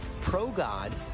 pro-God